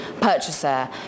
purchaser